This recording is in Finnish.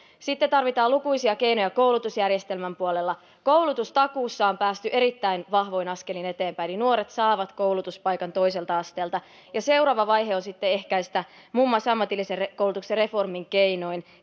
sitten tarvitaan lukuisia keinoja koulutusjärjestelmän puolella koulutustakuussa on päästy erittäin vahvoin askelin eteenpäin eli nuoret saavat koulutuspaikan toiselta asteelta ja seuraava vaihe on sitten ehkäistä keskeyttämistä muun muassa ammatillisen koulutuksen reformin keinoin